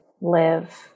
live